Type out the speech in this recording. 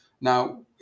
Now